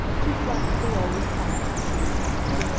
two flats below with pop, she replied.